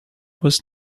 was